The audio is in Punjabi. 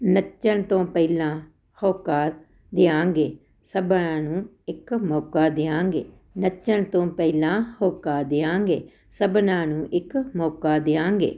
ਨੱਚਣ ਤੋਂ ਪਹਿਲਾਂ ਹੋਕਾ ਦਿਆਂਗੇ ਸਭਨਾਂ ਨੂੰ ਇੱਕ ਮੌਕਾ ਦਿਆਂਗੇ ਨੱਚਣ ਤੋਂ ਪਹਿਲਾਂ ਹੋਕਾ ਦਿਆਂਗੇ ਸਭਨਾਂ ਨੂੰ ਇੱਕ ਮੌਕਾ ਦਿਆਂਗੇ